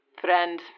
friend